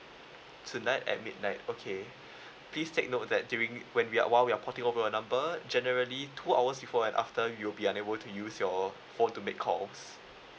tonight at midnight okay please take note that during when we are while we are porting over your number generally two hours before and after you'll be unable to use your phone to make calls